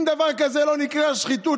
אם דבר כזה לא נקרא שחיתות,